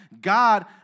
God